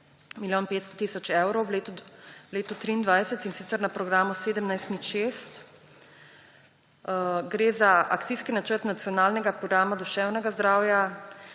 500 tisoč evrov v letu 2023, in sicer na programu 17.06, gre za Akcijski načrt Nacionalnega programa duševnega zdravja